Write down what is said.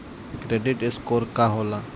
Credit score का होला?